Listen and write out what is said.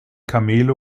kamele